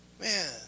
Man